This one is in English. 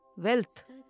Wealth